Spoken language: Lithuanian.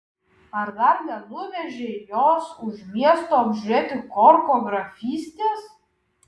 ar dar nenuvežei jos už miesto apžiūrėti korko grafystės